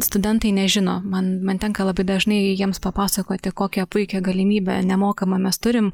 studentai nežino man man tenka labai dažnai jiems papasakoti kokią puikią galimybę nemokamą mes turim